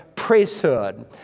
priesthood